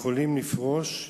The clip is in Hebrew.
יכולים לפרוש.